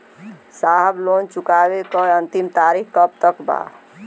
साहब लोन चुकावे क अंतिम तारीख कब तक बा?